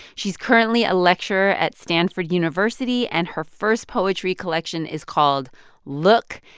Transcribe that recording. she's currently a lecturer at stanford university, and her first poetry collection is called look.